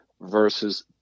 versus –